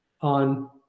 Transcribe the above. on